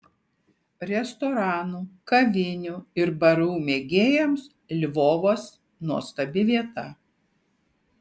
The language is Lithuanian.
restoranų kavinių ir barų mėgėjams lvovas nuostabi vieta